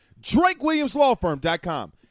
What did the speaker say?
drakewilliamslawfirm.com